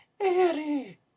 Harry